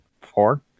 four